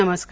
नमस्कार